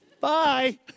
bye